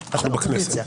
או את סוגיית השוויון,